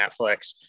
Netflix